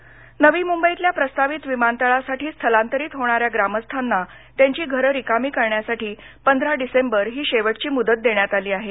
विमानतळ नवी मृंबईतल्या प्रस्तावित विमानतळासाठी स्थलांतरित होणाऱ्या ग्रामस्थांना त्यांची घर रिकामी करण्यासाठी पंधरा डिसेंबर ही शेवटची मृदत देण्यात आली आहे